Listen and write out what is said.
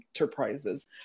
enterprises